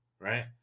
right